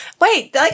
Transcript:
Wait